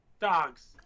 Dogs